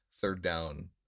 third-down